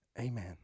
Amen